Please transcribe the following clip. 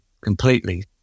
completely